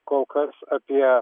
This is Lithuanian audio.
kol kas apie